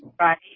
Right